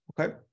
okay